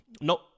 no